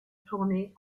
tournée